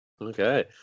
Okay